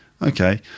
Okay